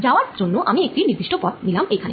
যাওয়ার জন্য আমি একটি নির্দিষ্ট পথ নিলাম এইখানে